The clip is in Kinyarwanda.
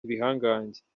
ibihangange